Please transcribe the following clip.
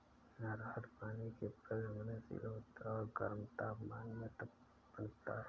अरहर पानी के प्रति संवेदनशील होता है और गर्म तापमान में पनपता है